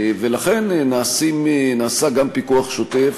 ולכן נעשה גם פיקוח שוטף,